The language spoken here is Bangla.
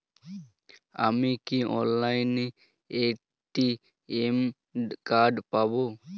আমি কি অনলাইনে এ.টি.এম কার্ড পাব?